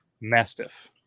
Mastiff